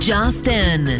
Justin